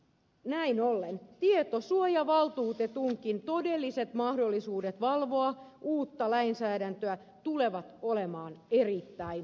näin ollen tietosuojavaltuutetunkin todelliset mahdollisuudet valvoa uutta lainsäädäntöä tulevat olemaan erittäin rajalliset